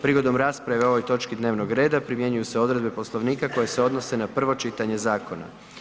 Prigodom rasprave o ovoj točki dnevnog reda primjenjuju se odredbe Poslovnika koje se odnose na prvo čitanje zakona.